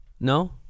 No